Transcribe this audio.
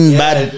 bad